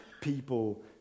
people